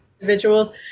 individuals